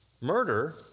Murder